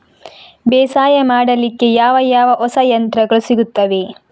ಬೇಸಾಯ ಮಾಡಲಿಕ್ಕೆ ಯಾವ ಯಾವ ಹೊಸ ಯಂತ್ರಗಳು ಸಿಗುತ್ತವೆ?